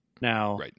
now